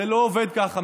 זה לא עובד ככה.